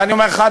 ואני אומר לך,